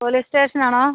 police station ആണോ